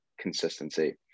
consistency